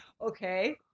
Okay